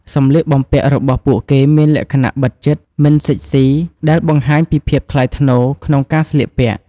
សម្លៀកបំពាក់របស់ពួកគេមានលក្ខណៈបិទជិត មិនស៊ិចស៊ី ដែលបង្ហាញពីភាពថ្លៃថ្នូរក្នុងការស្លៀកពាក់។